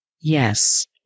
Yes